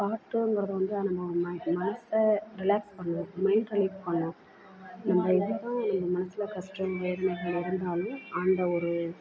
பாட்டுங்கிறது வந்து நம்ம மை மனதை ரிலாக்ஸ் பண்ணும் மைண்ட் ரிலீஃப் பண்ணும் நம்ம ஏதோ மனசில் கஷ்டம் வேதனைகள் இருந்தாலும் அந்த ஒரு